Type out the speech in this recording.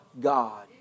God